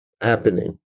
happening